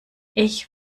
ich